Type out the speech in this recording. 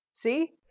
See